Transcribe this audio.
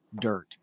dirt